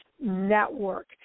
Network